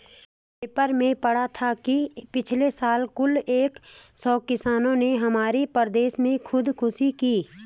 paper में पढ़ा था कि पिछले साल कुल एक सौ किसानों ने हमारे प्रदेश में खुदकुशी की